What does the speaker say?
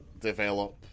develop